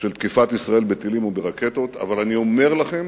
של תקיפת ישראל בטילים וברקטות, אבל אני אומר לכם